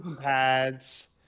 pads